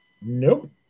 Nope